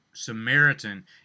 Samaritan